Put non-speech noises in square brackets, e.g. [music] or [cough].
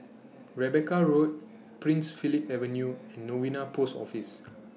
[noise] Rebecca Road Prince Philip Avenue and Novena Post Office